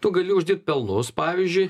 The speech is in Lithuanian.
tu gali uždirbt pelnus pavyzdžiui